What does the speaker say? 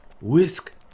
whisk